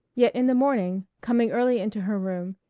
yet in the morning, coming early into her room,